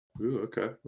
okay